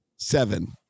Seven